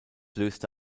löste